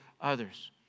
others